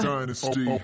Dynasty